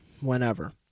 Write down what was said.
whenever